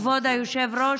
כבוד היושב-ראש,